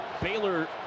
Baylor